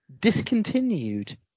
discontinued